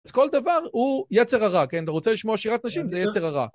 אז כל דבר הוא יצר הרע, כן? אתה רוצה לשמוע שירת נשים? זה יצר הרע.